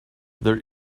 there